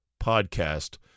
podcast